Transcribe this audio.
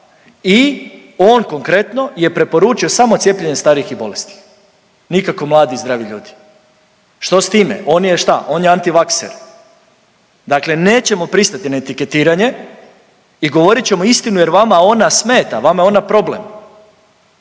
i on konkretno je preporučio samo cijepljenje starijih i bolesnih, nikako mladih i zdravih ljudi. Što s time? On je šta? On je antivakser. Dakle nećemo pristati na etiketiranje i govorit ćemo istinu jer vama ona smeta, vama je ona problem,